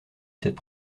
cette